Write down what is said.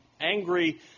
angry